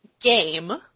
game